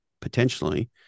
potentially